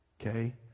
okay